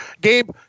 Gabe